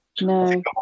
No